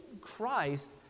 Christ